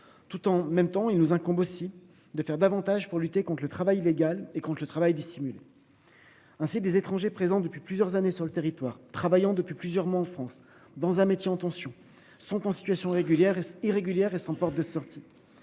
tout en même temps, il nous incombe aussi de faire davantage pour lutter contre le travail illégal et qu'le travail dissimulé. Ainsi des étrangers présents depuis plusieurs années sur le territoire travaillant depuis plusieurs mois en France dans un métier en tension sont en situation régulière et irrégulière et sans porte de sortie.